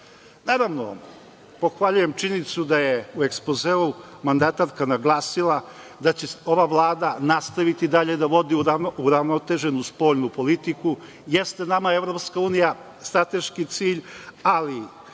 nas. Naravno, pohvaljujem činjenicu da je u ekspozeu mandatarka naglasila da će ova Vlada nastaviti dalje da vodi uravnoteženu spoljnu politiku. Jeste nama EU strateški cilj, ali